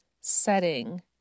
setting